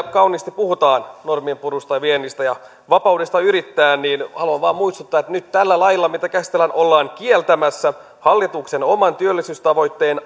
kauniisti puhutaan normienpurusta ja viennistä ja vapaudesta yrittää niin haluan vain muistuttaa että nyt tällä lailla mitä käsitellään ollaan kieltämässä hallituksen oman työllisyystavoitteen